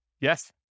Yes